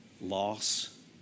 loss